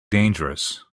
dangerous